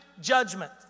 judgment